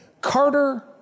Carter